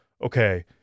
okay